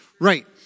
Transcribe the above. Right